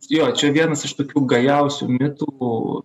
jo čia vienas iš tokių gajausių mitų